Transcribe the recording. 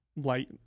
light